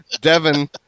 Devin